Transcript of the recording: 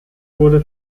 wurde